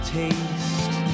taste